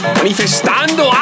manifestando